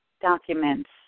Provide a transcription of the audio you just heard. documents